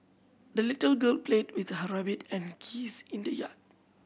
the little girl played with her rabbit and geese in the yard